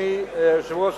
אדוני היושב-ראש,